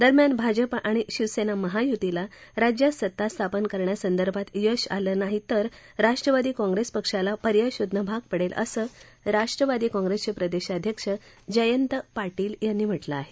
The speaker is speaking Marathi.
दरम्यान भाजप आणि शिवसेना महायुतीला राज्यात सत्ता स्थापन करण्यासंदर्भात यश आलं नाही तर राष्ट्रवादी काँप्रेस पक्षाला पर्याय शोधणं भाग पडेल असं राष्ट्रवादी काँप्रेसचे प्रदेशाध्यक्ष जयंत पाटील यांनी म्हटलं आहे